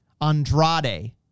Andrade